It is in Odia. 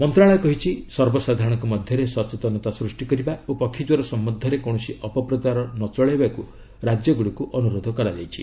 ମନ୍ତ୍ରଣାଳୟ କହିଛି ସର୍ବସାଧାରଣଙ୍କ ମଧ୍ୟରେ ସଚେତନତା ସ୍ଚୁଷ୍ଟି କରିବା ଓ ପକ୍ଷୀକ୍ୱର ସମ୍ପନ୍ଧରେ କୌଣସି ଅପପ୍ରଚାର ନଚଳାଇବାକୁ ରାଜ୍ୟଗୁଡ଼ିକୁ ଅନୁରୋଧ କରାଯାଇଛି